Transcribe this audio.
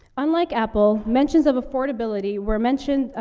unlike apple, mentions of affordability were mentioned, ah,